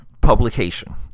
publication